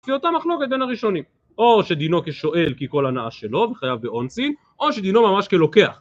זה אותה מחלוקת בין הראשונים, או שדינו כשואל כי כל הנאה שלו וחייב באונסין, או שדינו ממש כלוקח